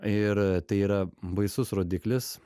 ir tai yra baisus rodiklis